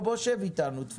שב איתנו.